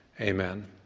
amen